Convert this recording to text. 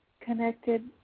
connected